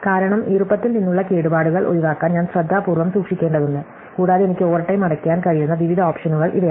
കാരണം ഈർപ്പത്തിൽ നിന്നുള്ള കേടുപാടുകൾ ഒഴിവാക്കാൻ ഞാൻ ശ്രദ്ധാപൂർവ്വം സൂക്ഷിക്കേണ്ടതുണ്ട് കൂടാതെ എനിക്ക് ഓവർടൈം അടയ്ക്കാൻ കഴിയുന്ന വിവിധ ഓപ്ഷനുകൾ ഇവയാണ്